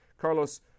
Carlos